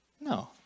No